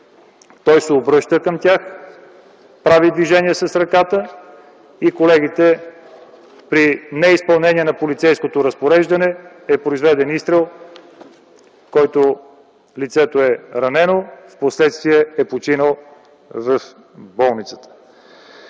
той се обръща към тях, прави движение с ръката и при неизпълнението на полицейско разпореждане е произведен изстрел, при който лицето е ранено, впоследствие е починало в болницата.